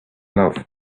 love